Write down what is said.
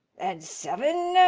and seven.